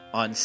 on